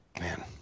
Man